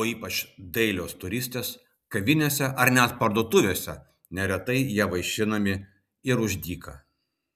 o ypač dailios turistės kavinėse ar net parduotuvėse neretai ja vaišinami ir už dyką